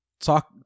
Talk